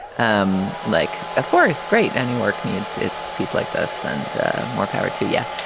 um like, of course, great. any work needs its piece like this. and more power to yeah